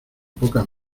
pocas